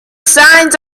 signs